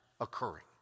occurring